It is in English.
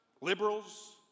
liberals